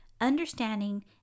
understanding